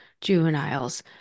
juveniles